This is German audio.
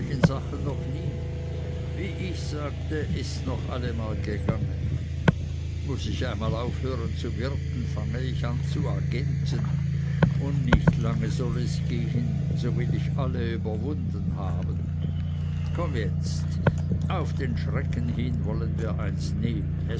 sachen noch nie wie ich sagte ists noch allemal gegangen muß ich einmal auf hören zu wirten fange ich an zu agenten und nicht lange soll es gehen so will ich alle überwunden haben komm jetzt auf den schrecken hin wollen wir eins nehmen